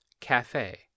cafe